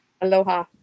Aloha